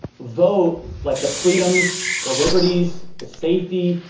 vote like the freedoms, the liberties, the safety,